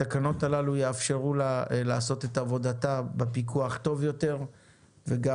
התקנות הללו יאפשרו לה לעשות את עבודתה בפיקוח טוב יותר וגם